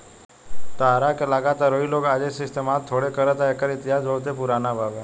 ताहरा का लागता रुई लोग आजे से इस्तमाल थोड़े करता एकर इतिहास बहुते पुरान बावे